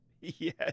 yes